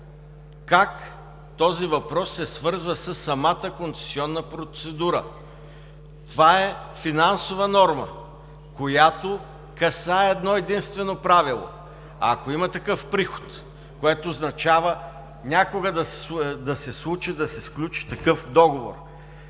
как този въпрос се свързва със самата концесионна процедура? Това е финансова норма, която касае едно-единствено правило. Ако има такъв приход, което означава някога да се случи, да се сключи такъв договор,